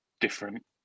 different